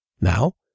Now